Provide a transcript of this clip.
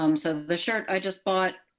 um so the shirt i just bought,